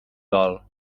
dol